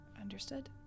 Understood